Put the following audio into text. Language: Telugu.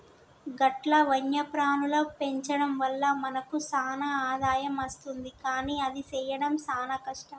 గట్ల వన్యప్రాణుల పెంచడం వల్ల మనకు సాన ఆదాయం అస్తుంది కానీ అది సెయ్యడం సాన కష్టం